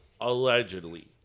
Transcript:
allegedly